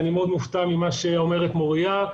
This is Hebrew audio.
אני מאוד מופתע ממה שאומרת מוריה.